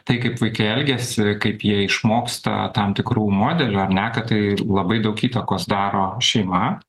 tai kaip vaikai elgiasi kaip jie išmoksta tam tikrų modelių ar ne kad tai labai daug įtakos daro šeima